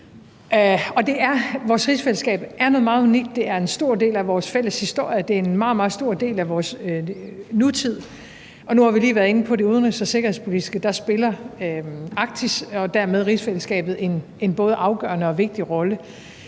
Vores rigsfællesskab er noget meget unikt. Det er en stor del af vores fælles historie, og det er en meget, meget stor del af vores nutid, og nu har vi lige været inde på det udenrigs- og sikkerhedspolitiske, og der spiller Arktis og dermed rigsfællesskabet en både afgørende og vigtig rolle.